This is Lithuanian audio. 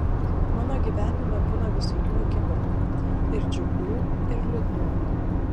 mano gyvenime būna visokių akimirkų ir džiugių ir liūdnų